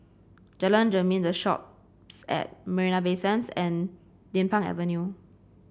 Jalan Jermin The Shoppes at Marina Bay Sands and Din Pang Avenue